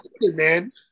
man